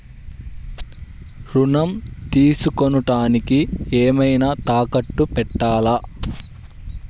ఋణం తీసుకొనుటానికి ఏమైనా తాకట్టు పెట్టాలా?